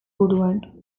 buruan